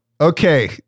okay